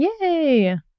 Yay